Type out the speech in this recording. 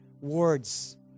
words